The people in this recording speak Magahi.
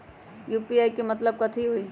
यू.पी.आई के मतलब कथी होई?